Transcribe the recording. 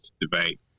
debate